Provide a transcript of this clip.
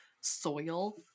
soil